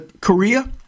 Korea